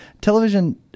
Television